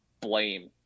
blame